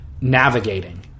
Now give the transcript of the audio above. navigating